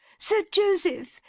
sir joseph!